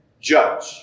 judge